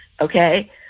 okay